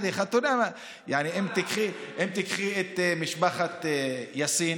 אם תיקחי את משפחת יאסין